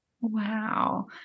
wow